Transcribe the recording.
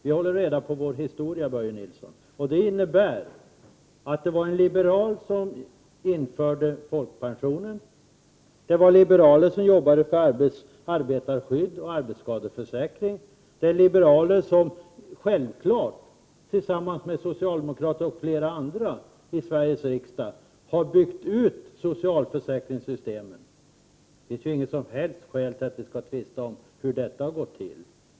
Vi håller reda på vår historia, Börje Nilsson. Det var en liberal som införde folkpensionen, det var liberaler som jobbade för arbetarskydd och arbetsskadeförsäkring, det är liberaler som självklart tillsammans med representanter för socialdemokratin och företrädare för flera andra partier i Sveriges riksdag har byggt ut socialförsäkringssystemen. Det finns inget som helst skäl att tvista om hur detta har gått till.